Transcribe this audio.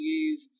use